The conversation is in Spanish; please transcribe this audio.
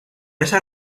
esas